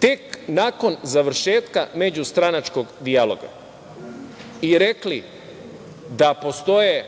tek nakon završetka međustranačkog dijaloga i rekli da postoje